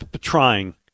Trying